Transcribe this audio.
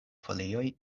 folioj